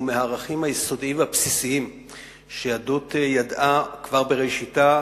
מהערכים היסודיים והבסיסיים שהיהדות ידעה כבר בראשיתה